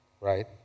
right